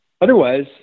Otherwise